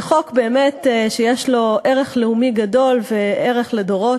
זה חוק שיש לו באמת ערך לאומי גדול וערך לדורות.